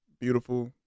beautiful